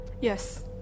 Yes